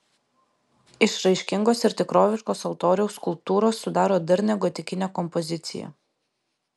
išraiškingos ir tikroviškos altoriaus skulptūros sudaro darnią gotikinę kompoziciją